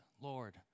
Lord